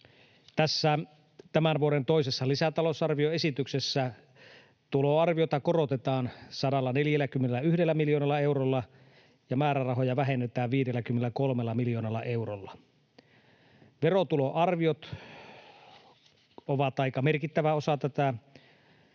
tämän vuoden toisessa lisätalousarvioesityksessä tuloarviota korotetaan 141 miljoonalla eurolla ja määrärahoja vähennetään 53 miljoonalla eurolla. Verotuloarviot ovat aika merkittävä osa tätä